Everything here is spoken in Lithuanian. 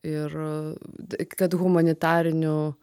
ir kad humanitarinių